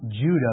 Judah